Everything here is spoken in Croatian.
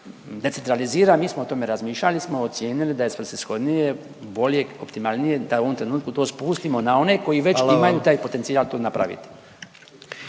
decentralizira, mi smo o tome razmišljali, ali smo ocijenili da je svrsishodnije, bolje i optimalnije da u ovom trenutku to spustimo na one koji već…/Upadica predsjednik: